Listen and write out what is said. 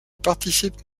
participe